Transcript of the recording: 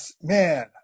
man